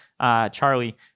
Charlie